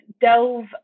delve